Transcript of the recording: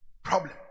problem